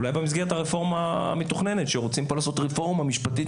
אולי במסגרת הרפורמה המתוכננת שרוצים פה לעשות רפורמה משפטית,